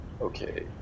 Okay